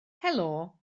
helo